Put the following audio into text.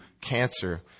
cancer